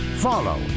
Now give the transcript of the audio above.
Follow